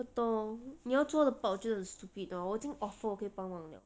我懂你要做的保证很 stupid 的我已经 offer 我可以帮忙了